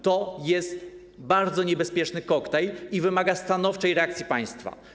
To jest bardzo niebezpieczny koktajl i wymaga stanowczej reakcji państwa.